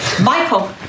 Michael